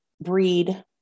breed